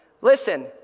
listen